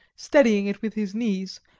steadying it with his knees,